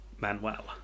Manuel